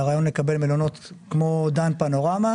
כשהרעיון הוא לקבל מלונות כמו דן פנורמה,